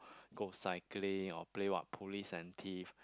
go cycling or play what police and thief